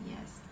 Yes